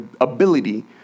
ability